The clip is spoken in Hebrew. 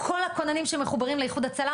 כל הכוננים שמחוברים לאיחוד הצלה,